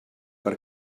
per